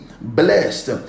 blessed